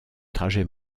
trajet